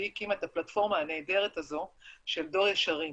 שהיא הקימה את הפלטפורמה הזאת של 'דור ישרים'.